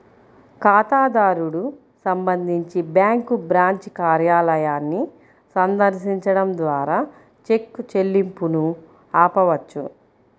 ఖాతాదారుడు సంబంధించి bank branch కార్యాలయాన్ని సందర్శించడం ద్వారా చెక్ చెల్లింపును ఆపవచ్చు